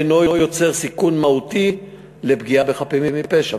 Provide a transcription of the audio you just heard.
אינו יוצר סיכון מהותי של פגיעה בחפים מפשע,